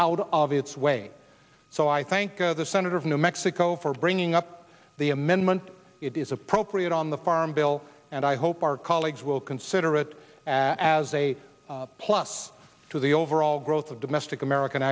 out of its way so i thank the senator of new mexico for bringing up the amendment it is appropriate on the farm bill and i hope our colleagues will consider it as a plus to the overall growth of domestic american